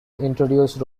introduce